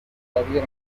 heavier